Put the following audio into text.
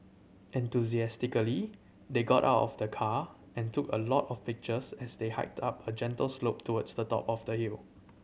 enthusiastically they got out of the car and took a lot of pictures as they hiked up a gentle slope towards the top of the hill